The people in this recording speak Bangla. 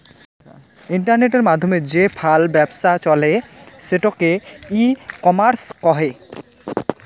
ইন্টারনেটের মাধ্যমে যে ফাল ব্যপছা চলে সেটোকে ই কমার্স কহে